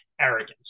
arrogance